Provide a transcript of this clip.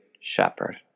Shepherd